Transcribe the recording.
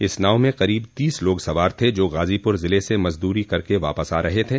इस नाव में क़रीब तीस लोग सवार थे जो ग़ाज़ीपुर ज़िले से मज़दूरी करके वापस आ रहे थे